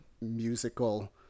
musical